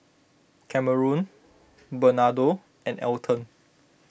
Kameron Bernardo and Elton